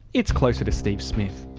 it's closer to steve smith.